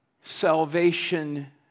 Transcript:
salvation